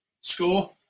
Score